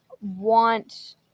want